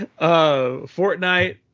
Fortnite